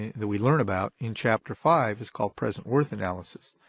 that we learn about in chapter five is called present worth analysis.